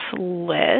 list